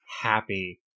happy